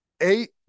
eight